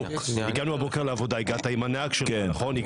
הגעת עם הנהג שלך, נכון?